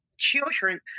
children